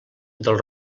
del